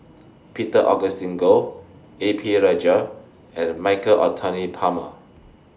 Peter Augustine Goh A P Rajah and Michael Anthony Palmer